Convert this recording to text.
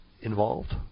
involved